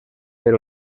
per